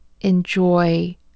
enjoy